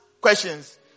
questions